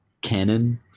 canon